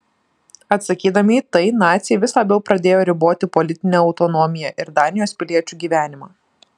atsakydami į tai naciai vis labiau pradėjo riboti politinę autonomiją ir danijos piliečių gyvenimą